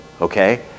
okay